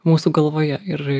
mūsų galvoje ir